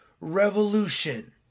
revolution